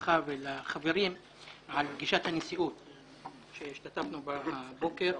לך ולחברים על פגישת הנשיאות שהשתתפנו בה הבוקר.